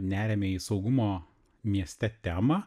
neriame į saugumo mieste temą